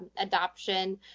adoption